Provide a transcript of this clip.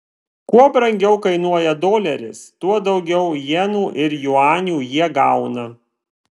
kuo brangiau kainuoja doleris tuo daugiau jenų ir juanių jie gauna